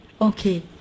Okay